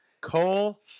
Cole